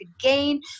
gain